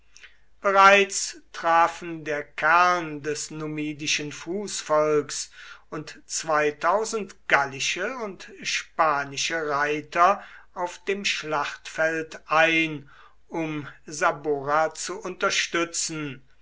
bereits trafen der kern des numidischen fußvolks und gallische und spanische reiter auf dem schlachtfeld ein um saburra zu unterstützen